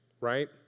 right